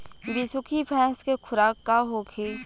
बिसुखी भैंस के खुराक का होखे?